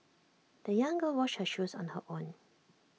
the young girl washed her shoes on her own